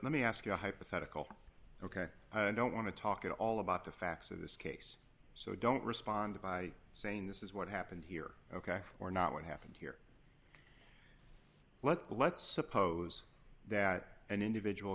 let me ask you a hypothetical ok i don't want to talk at all about the facts of this case so don't respond by saying this is what happened here ok or not what happened here let's let's suppose that an individual